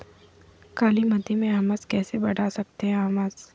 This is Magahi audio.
कालीमती में हमस कैसे बढ़ा सकते हैं हमस?